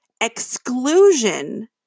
exclusion